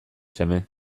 seme